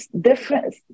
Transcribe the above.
different